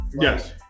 Yes